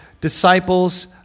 disciples